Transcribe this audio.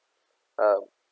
uh